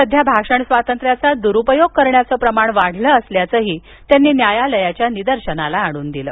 सध्या भाषण स्वातंत्र्याचा दुरुपयोग करण्याचं प्रमाण वाढलं असल्याचं त्यांनी न्यायालयाच्या निदर्शनास आणून दिलं